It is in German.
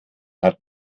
hat